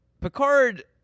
Picard